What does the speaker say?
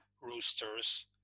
roosters